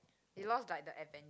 they lost like the adventure